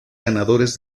ganadores